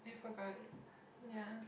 I forgot yeah